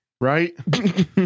Right